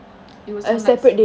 it was on last